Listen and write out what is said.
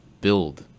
Build